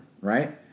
Right